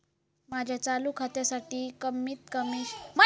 माझ्या चालू खात्यासाठी कमित कमी शिल्लक कितक्या असूक होया?